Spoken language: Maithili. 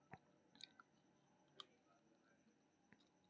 मोबाइल फोन के माध्यम सं सेहो त्वरित भुगतान सेवा कैल जा सकैए